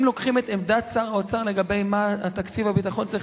אם לוקחים את עמדת שר האוצר לגבי מה תקציב הביטחון צריך